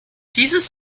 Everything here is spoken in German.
dieses